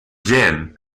bien